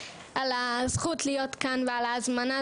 על הזכות להיות כאן ועל ההזמנה,